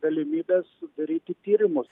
galimybes sudaryti tyrimus